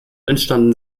entstanden